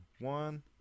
one